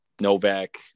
Novak